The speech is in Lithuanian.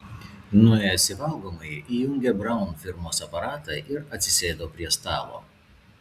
nuėjęs į valgomąjį įjungė braun firmos aparatą ir atsisėdo prie stalo